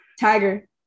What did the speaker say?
tiger